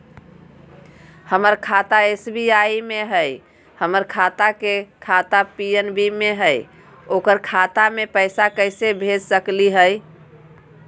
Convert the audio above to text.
हमर खाता एस.बी.आई में हई, हमर भाई के खाता पी.एन.बी में हई, ओकर खाता में पैसा कैसे भेज सकली हई?